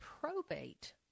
probate